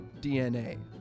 DNA